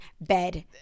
bed